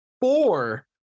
four